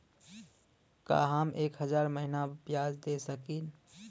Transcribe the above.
का हम एक हज़ार महीना ब्याज दे सकील?